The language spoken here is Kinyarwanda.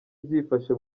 byifashe